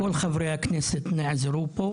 כל חברי הכנסת נעזרו בו,